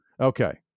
Okay